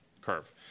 curve